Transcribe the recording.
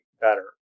better